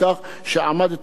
אני יודע שזה היה קשה.